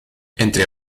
entre